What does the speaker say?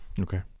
Okay